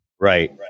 Right